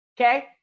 okay